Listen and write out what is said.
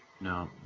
No